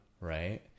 Right